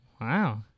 Wow